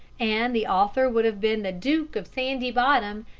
and the author would have been the duke of sandy bottom,